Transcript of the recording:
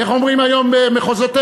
איך אומרים היום במחוזותינו?